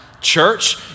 church